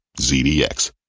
ZDX